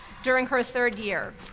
during her third year.